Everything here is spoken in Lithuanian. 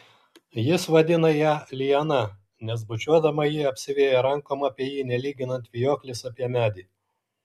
jis vadina ją liana nes bučiuodama ji apsiveja rankom apie jį nelyginant vijoklis apie medį